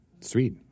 Sweet